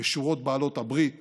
בשורות בעלות הברית